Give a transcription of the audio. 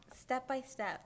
step-by-step